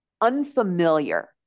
unfamiliar